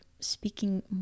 speaking